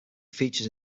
features